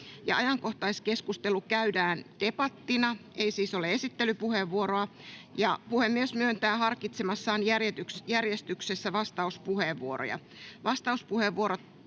Ajankohtaiskeskustelu käydään debattina — ei siis ole esittelypuheenvuoroa — ja puhemies myöntää harkitsemassaan järjestyksessä vastauspuheenvuoroja.